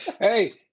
Hey